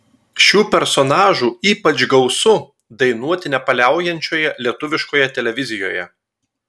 šių personažų ypač gausu dainuoti nepaliaujančioje lietuviškoje televizijoje